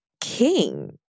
king